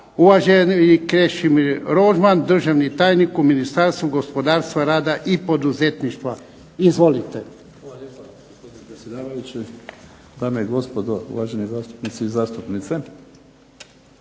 Uvaženi Krešimir Rožman, državni tajnik u Ministarstvu gospodarstva, rada i poduzetništva. Izvolite.